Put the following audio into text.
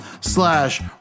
slash